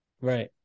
right